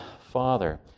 Father